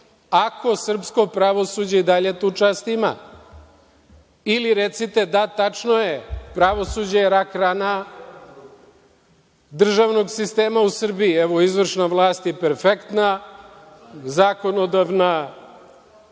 ako srpsko pravosuđe i dalje tu čast ima. Ili recite – da, tačno je, pravosuđe je rak rana državnog sistema u Srbiji. Evo, izvršna vlast je perfektna, zakonodavna